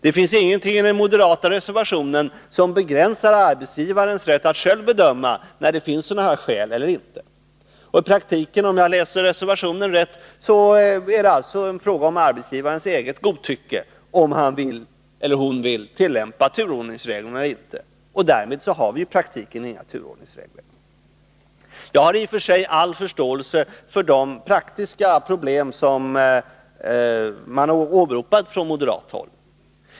Det finns ingenting i den moderata reservationen som begränsar arbetsgivarens rätt att själv bedöma när det finns sådana skäl eller inte. Om jag läser reservationen rätt är det alltså i praktiken beroende på arbetsgivarens eget godtycke om han eller hon skall tillämpa turordningsregeln eller inte. Därmed har vi i praktiken ingen turordningsrätt. Jag har i och för sig all förståelse för de praktiska problem som man har åberopat från moderat håll.